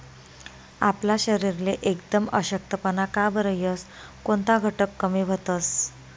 आपला शरीरले एकदम अशक्तपणा का बरं येस? कोनता घटक कमी व्हतंस?